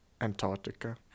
Antarctica